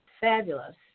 Fabulous